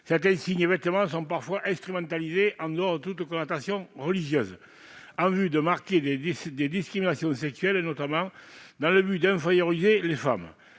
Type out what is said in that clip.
certains signes et vêtements sont parfois instrumentalisés, en dehors de toute connotation religieuse, en vue de marquer des discriminations sexuelles, et notamment dans le but d'inférioriser les femmes.